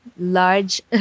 Large